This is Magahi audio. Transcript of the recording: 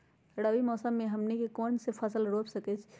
रबी फसल में हमनी के कौन कौन से फसल रूप सकैछि?